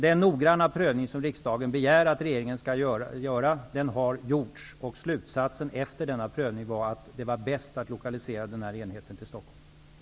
Den noggranna prövning som riksdagen begär att regeringen skall göra har gjorts. Slutsatsen efter denna prövning blev att det var bäst att lokalisera denna enhet till Stockholm.